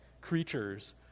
creatures